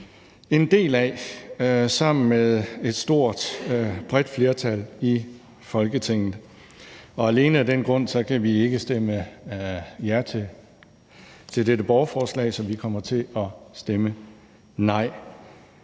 en del af sammen med et stort, bredt flertal i Folketinget. Alene af den grund kan vi ikke stemme ja til dette borgerforslag, så vi kommer til at stemme nej.